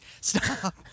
stop